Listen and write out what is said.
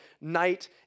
night